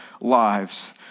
lives